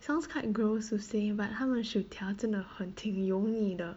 sounds quite gross to say but 他们薯条真的很挺油腻的